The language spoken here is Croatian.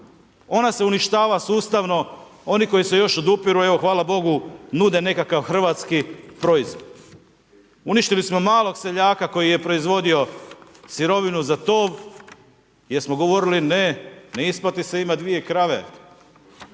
ona se uništava sustavno, oni koji se još odupiru, evo hvala Bogu, nude nekakav Hrvatski proizvod. Uništili smo malog seljaka, koji je proizvodio sirovinu za to, jer smo govorili, ne, ne isplati se imati 2 krave.